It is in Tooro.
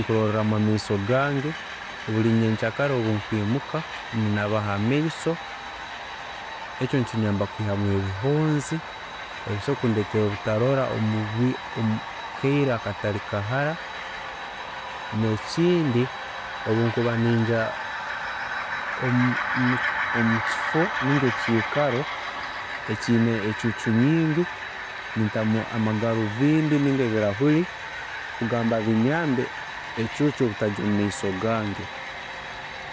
﻿Engeri nkuroorramu amaiso gange, buri nyenkakara obu nkwimuka, ninaaba hamaiso, eki nikinyamba kwihamu ebihonzi ebisobola kundeetera obutarora omukaire akatari kahara, nekindi, obunkuba ninjya mukifo ninga ekiikaro ekiine ecuucu nyingi, ninteekamu garuviindi ninga ebirahuri kugamba binyaambe ecuucu obutajya mumaiso gange.